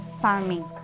farming